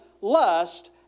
lust